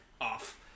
off